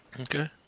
okay